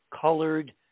colored